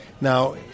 Now